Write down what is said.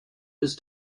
ist